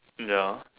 ya